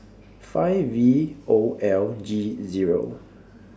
five V O L G Zero